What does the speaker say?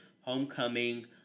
Homecoming